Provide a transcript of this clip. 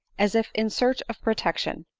as if in search of protection.